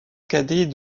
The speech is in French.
cadet